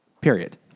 Period